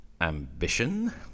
ambition